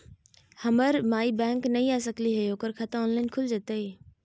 हमर माई बैंक नई आ सकली हई, ओकर खाता ऑनलाइन खुल जयतई?